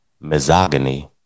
misogyny